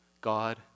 God